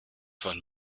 von